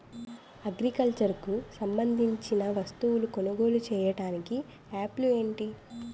Agriculture కు సంబందించిన వస్తువులను కొనుగోలు చేయటానికి యాప్లు ఏంటి?